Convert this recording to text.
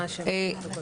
התייחסות.